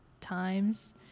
times